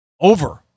Over